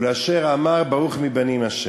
"ולאשר אמר, ברוך מבנים אשר".